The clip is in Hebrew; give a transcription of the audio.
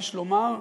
יש לומר,